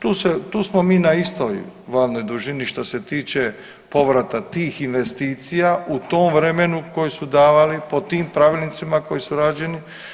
Tu smo mi na istoj valnoj duljini što se tiče povrata tih investicija u tom vremenu kojeg su davali, po tim pravilnicima koji su rađeni.